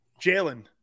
Jalen